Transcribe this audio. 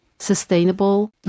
sustainable